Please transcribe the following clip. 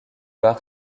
bar